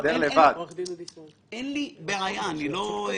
תפקידי הנוכחי כמנכ"ל מגדל הוא בעיני פסגת הקריירה הניהולית שלי.